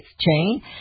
chain